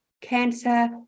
Cancer